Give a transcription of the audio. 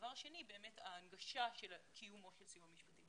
והדבר השני הוא ההנגשה של קיומו של סיוע משפטי.